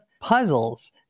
puzzles